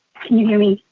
can you hear me?